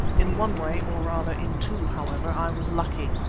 in one way, or rather, in two, however, i was lucky.